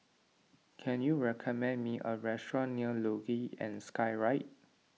can you recommend me a restaurant near Luge and Skyride